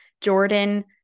Jordan